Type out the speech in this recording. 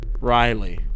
Riley